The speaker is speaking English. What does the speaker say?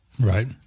Right